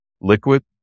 liquid